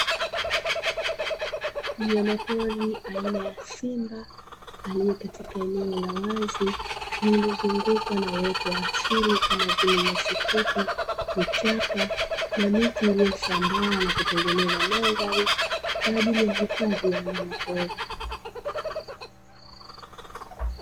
Mnyamapori aina ya simba, aliye katika eneo la wazi, lililozungukwa na uoto wa asili Kama vile nyasi fupi, vichaka na miti iliyosambaa na kutengeneza mandhari kwa ajili ya hifadhi ya wanyamapori.